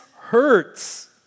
hurts